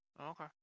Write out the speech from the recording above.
Okay